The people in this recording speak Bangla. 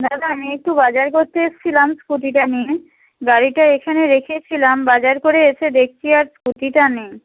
দাদা আমি একটু বাজার করতে এসেছিলাম স্কুটিটা নিয়ে গাড়িটা এখানে রেখেছিলাম বাজার করে এসে দেখছি আর স্কুটিটা নেই